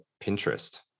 Pinterest